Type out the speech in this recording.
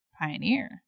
Pioneer